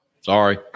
sorry